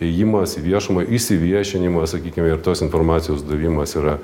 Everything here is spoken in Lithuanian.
ėjimas į viešumą išsiviešinimas sakykime ir tos informacijos davimas yra